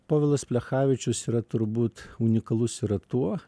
povilas plechavičius yra turbūt unikalus yra tuo